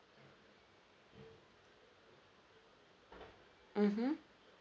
mmhmm